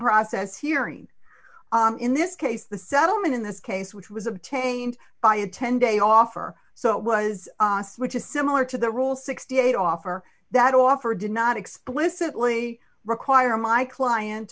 process hearing in this case the settlement in this case which was obtained by a ten day offer so it was which is similar to the rule sixty eight offer that offer did not explicitly require my client